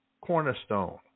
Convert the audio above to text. cornerstone